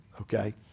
okay